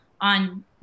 on